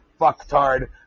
fucktard